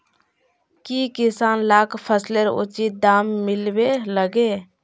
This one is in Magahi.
की किसान लाक फसलेर उचित दाम मिलबे लगे?